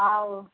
ଆଉ